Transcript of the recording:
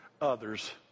others